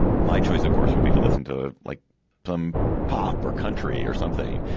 my choice, of course, would be to listen to like some pop or country or something,